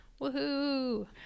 Woohoo